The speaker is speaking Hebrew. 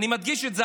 אני מדגיש את זה,